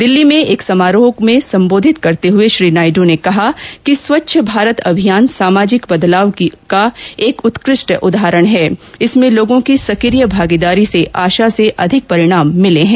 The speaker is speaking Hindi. दिल्ली में एक समारोह को सम्बोधित करते हुए श्री नायडू ने कहा कि स्वच्छ भारत अभियान सामाजिक बदलाव का एक उत्कृष्ट उदाहरण है जिसमें लोगों की सक्रिय भागीदारी से आशा से अधिक परिणाम मिले हैं